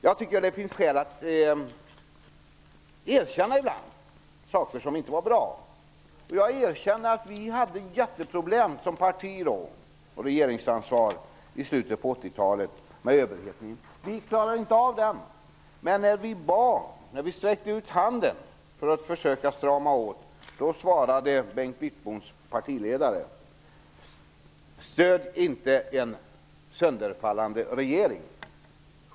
Jag tycker att det ibland finns skäl att erkänna saker som inte var bra. Jag erkänner att vi -- både som parti och regeringsansvariga -- hade jätteproblem med överhettningen i slutet av 80-talet. Vi klarade inte av den. Men när vi bad och sträckte ut handen för att få hjälp att försöka strama åt ekonomin svarade, Bengt Wittboms partiledare: Stöd inte en sönderfallande regering!